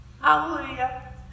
Hallelujah